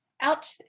out